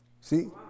See